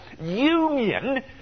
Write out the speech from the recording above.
union